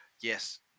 yes